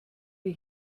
die